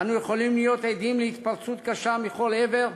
אנו יכולים להיות עדים להתפרצות קשה מכל עבר,